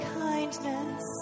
kindness